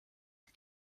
und